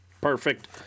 perfect